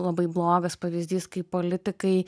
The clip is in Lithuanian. labai blogas pavyzdys kaip politikai